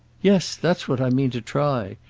yes that's what i mean to try.